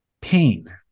pain